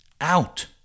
out